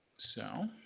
so.